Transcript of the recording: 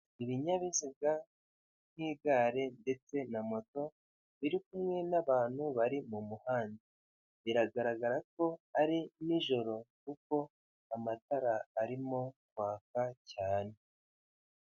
Ibinyabiziga, nk'igare ndetse na moto, biri kumwe n'abantu bari mu muhanda biragaragara ko ari nijoro kuko amatara arimo kwaka cyane.